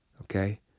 Okay